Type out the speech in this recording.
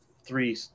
three